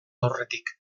aurretik